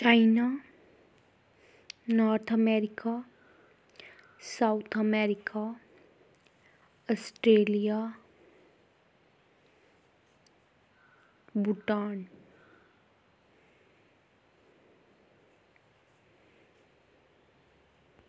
China North America South America Australia Bhutan